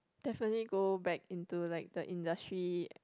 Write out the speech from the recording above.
definitely go back into like the industry